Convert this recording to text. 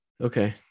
Okay